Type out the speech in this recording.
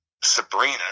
Sabrina